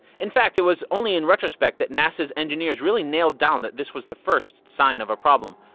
in fact, it was only in retrospect that nasa's engineers really nailed down that this was the first sign of a problem.